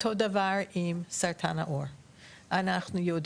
אותו דבר עם סרטן העור,